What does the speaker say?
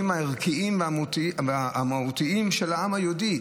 הערכיים והמהותיים של העם היהודי,